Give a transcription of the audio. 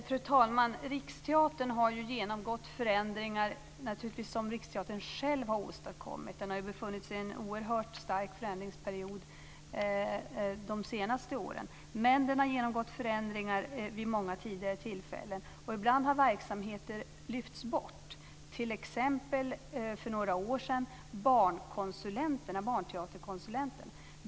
Fru talman! Riksteatern har ju genomgått förändringar som man själv har genomfört. Man har befunnit sig i en oerhört stark förändringsperiod under de senaste åren, och man har genomgått förändringar vid många tidigare tillfällen. Ibland har verksamheter lyfts bort. För några år sedan togs t.ex. barnteaterkonsulenterna bort.